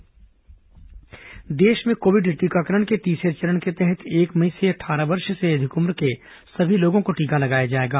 corona टीकाकरण देश में कोविड टीकाकरण के तीसरे चरण के तहत एक मई से अट्ठारह वर्ष से अधिक उम्र के सभी लोगों को टीका लगाया जाएगा